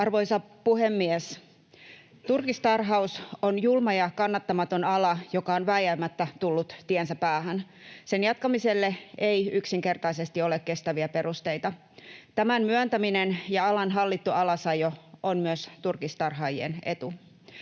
Arvoisa puhemies! Turkistarhaus on julma ja kannattamaton ala, joka on vääjäämättä tullut tiensä päähän. Sen jatkamiselle ei yksinkertaisesti ole kestäviä perusteita. Tämän myöntäminen ja alan hallittu alasajo on myös turkistarhaajien etu.